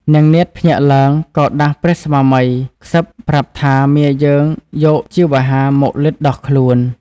នាងនាថភ្ញាក់ឡើងក៏ដាស់ព្រះស្វាមីខ្សឹបប្រាប់ថាមាយើងយកជីវ្ហាមកលិទ្ធដោះខ្លួន។